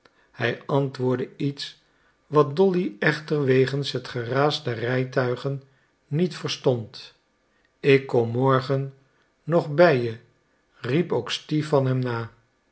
hij antwoordde iets wat dolly echter wegens het geraas der rijtuigen niet verstond ik kom morgen nog bij je riep ook stipan hem na